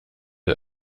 der